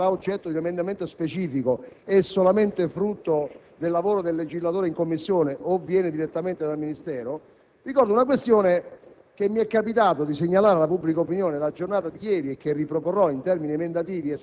degli errori. Ministro, non ricordo se la questione che sarà oggetto di un emendamento specifico è frutto solo del lavoro del legislatore in Commissione o proviene direttamente dal Ministero; mi riferisco alla questione